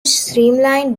streamlined